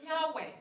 Yahweh